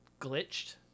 glitched